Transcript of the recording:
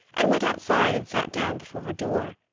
and went outside and sat down before her door.